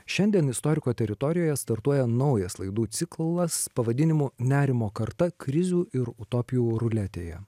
šiandien istoriko teritorijoje startuoja naujas laidų ciklas pavadinimu nerimo karta krizių ir utopijų ruletėje